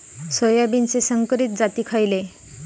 सोयाबीनचे संकरित जाती खयले?